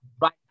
right